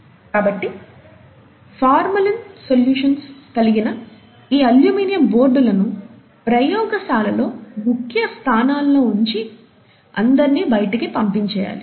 కాబట్టి formalin solutions కలిగిన ఈ అల్యూమినియం బోర్డులను ప్రయోగశాలలో ముఖ్య స్థానాల్లో ఉంచి అందరిని బైటికి పంపించేయాలి